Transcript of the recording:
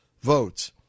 votes –